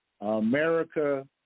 America